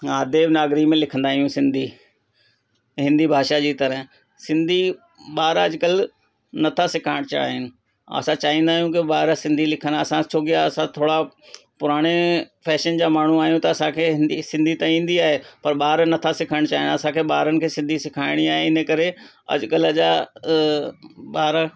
या देवनागरी में लिखंदा आहियूं सिंधी हिंदी भाषा जी तरहि सिंधी ॿार अॼुकल्ह नथा सेखारणु चाहीनि असां चाहींदा आहियूं कि ॿार सिंधी लिखनि छोकी असां थोरा पुराणे फैशन जा माण्हू आहियूं त असांखे हिंदी सिंधी त ईंदी आहे पर ॿार नथा सिखणु चाहीनि असांखे ॿारनि खे सिंधी सेखारिणी आहे इन करे अॼुकल्ह जा ॿार